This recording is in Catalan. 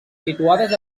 situades